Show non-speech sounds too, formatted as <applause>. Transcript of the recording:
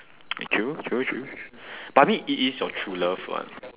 <noise> true true true but I mean it is your true love what